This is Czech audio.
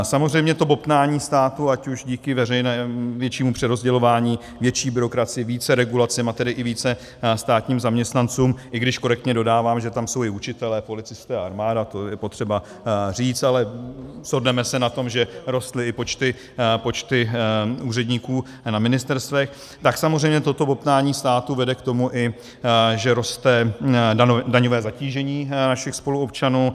Samozřejmě to bobtnání státu, ať už díky většímu přerozdělování, větší byrokracii, více regulace, a tedy i více státním zaměstnancům, i když korektně dodávám, že tam jsou i učitelé, policisté a armáda, to je potřeba říct, ale shodneme se na tom, že rostly i počty úředníků na ministerstvech, tak samozřejmě toto bobtnání státu vede i k tomu, že roste daňové zatížení našich spoluobčanů.